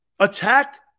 Attack